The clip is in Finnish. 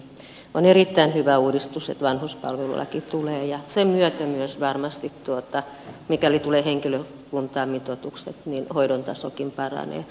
on erittäin hyvä uudistus että vanhuspalvelulaki tulee ja sen myötä myös varmasti mikäli tulee henkilökuntamitoitukset hoidon tasokin paranee